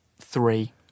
three